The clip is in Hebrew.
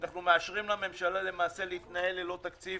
אנו מאשרים לממשלה להתנהל ללא תקציב